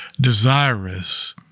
desirous